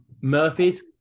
Murphy's